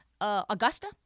Augusta